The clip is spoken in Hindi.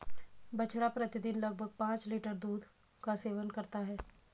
बछड़ा प्रतिदिन लगभग पांच लीटर दूध का सेवन करता है